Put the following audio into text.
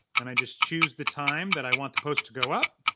then i just choose the time that i want the post to go up,